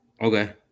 Okay